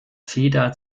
feder